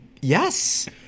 Yes